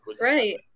Right